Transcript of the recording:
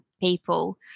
people